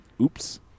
Oops